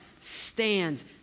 stands